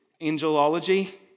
angelology